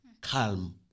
calm